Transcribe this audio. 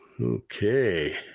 Okay